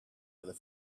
other